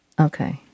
Okay